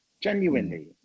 genuinely